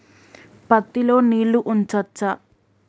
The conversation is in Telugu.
పత్తి లో నీళ్లు ఉంచచ్చా?